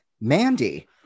Mandy